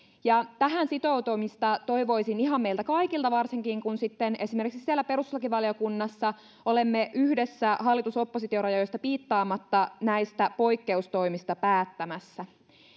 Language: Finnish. tähän sitoutumista toivoisin ihan meiltä kaikilta varsinkin kun sitten esimerkiksi siellä perustuslakivaliokunnassa olemme yhdessä hallitus oppositio rajoista piittaamatta näistä poikkeustoimista päättämässä